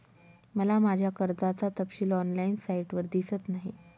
मला माझ्या कर्जाचा तपशील ऑनलाइन साइटवर दिसत नाही